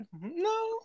no